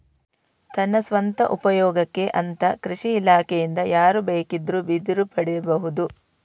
ತನ್ನ ಸ್ವಂತ ಉಪಯೋಗಕ್ಕೆ ಅಂತ ಕೃಷಿ ಇಲಾಖೆಯಿಂದ ಯಾರು ಬೇಕಿದ್ರೂ ಬಿದಿರು ಪಡೀಬಹುದು